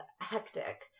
hectic